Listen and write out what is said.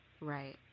right